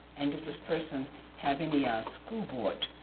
and does this person have any ah school board